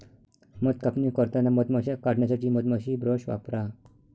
मध कापणी करताना मधमाश्या काढण्यासाठी मधमाशी ब्रश वापरा